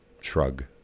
shrug